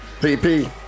pp